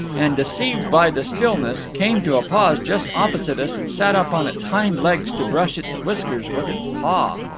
and, deceived by the stillness, came to a pause just opposite us and sat up on its hind legs to brush its whiskers with its paw.